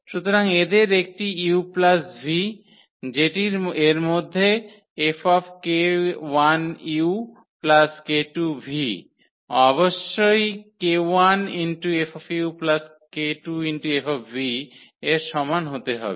সুতরাং এদের একটি ছিল u v যেটি এর মধ্যে 𝐹 𝑘1u 𝑘2v অবশ্যই 𝑘1 𝐹 𝑘2 𝐹 এর সমান হতে হবে